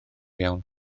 iawn